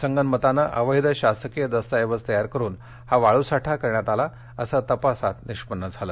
संगनमतानं अवैध शासकिय दस्तऐवज तयार करुन हा वाळूसाठा करण्यात आला असं तपासात निष्पन्न झालं